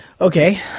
okay